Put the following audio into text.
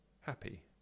happy